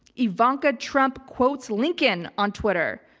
ivanka trump quotes lincoln on twitter.